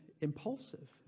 impulsive